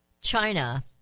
China